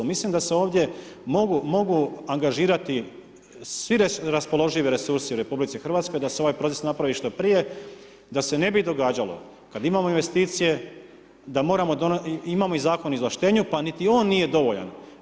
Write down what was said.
Mislim da se ovdje mogu angažirati svi raspoloživi resursi u RH, da se ovaj proces napravi što prije, da se ne bi događalo kada imamo investicije, da moramo, da imamo Zakon izvlaštenju, pa niti on nije dovoljan.